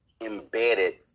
embedded